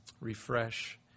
refresh